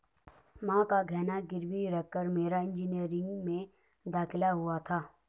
मां का गहना गिरवी रखकर मेरा इंजीनियरिंग में दाखिला हुआ था